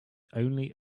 only